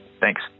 thanks